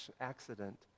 accident